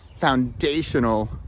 foundational